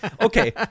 okay